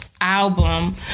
album